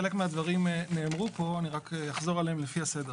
חלק מהדברים נאמרו פה ואני רק אחזור עליהם לפי הסדר.